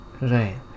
right